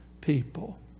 people